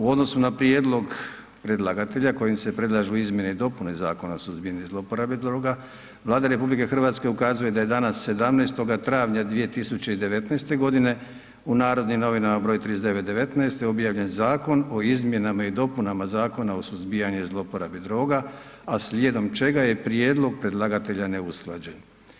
U odnosu na prijedlog predlagatelja kojim se predlažu izmjene i dopune Zakona o suzbijanju zlouporabe droga Vlada RH ukazuje da je dana 17. travnja 2019.g. u Narodnim novinama br. 39/19 objavljen Zakon o izmjenama i dopunama Zakona o suzbijanju zlouporabe droga, a slijedom čega je prijedlog predlagatelja neusklađen.